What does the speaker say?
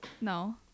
No